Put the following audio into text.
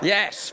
Yes